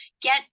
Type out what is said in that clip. get